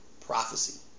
Prophecy